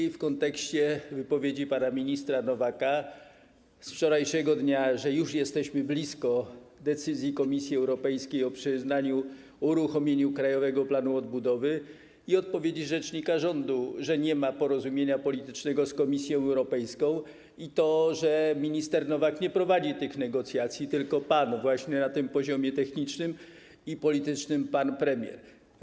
To też w kontekście wypowiedzi pana ministra Nowaka z wczorajszego dnia, że już jesteśmy blisko decyzji Komisji Europejskiej o przyznaniu i uruchomieniu Krajowego Planu Odbudowy, i odpowiedzi rzecznika rządu, że nie ma porozumienia politycznego z Komisją Europejską i że minister Nowak nie prowadzi tych negocjacji, tylko właśnie pan na poziomie technicznym i na poziomie politycznym pan premier.